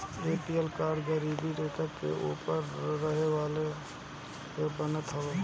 APL card गरीबी रेखा के ऊपर रहे वाला लोग के बनत हवे